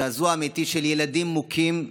זעזוע אמיתי, של ילדים מוכים,